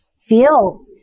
feel